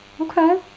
Okay